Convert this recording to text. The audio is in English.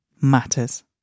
matters